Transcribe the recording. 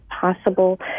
possible